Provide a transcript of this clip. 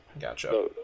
gotcha